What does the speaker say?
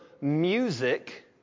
music